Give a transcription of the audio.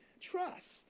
Trust